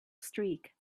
streak